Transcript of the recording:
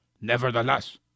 Nevertheless